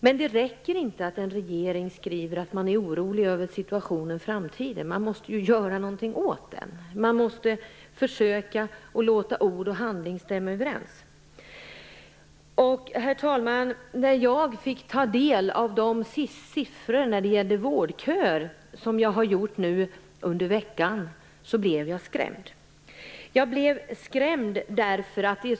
Men det räcker inte att en regering skriver att man är orolig över situationen i framtiden. Man måste också göra någonting åt den. Ord och handling måste stämma överens. Herr talman! När jag under veckan tog del av siffror när det gällde vårdköer blev jag skrämd.